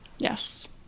Yes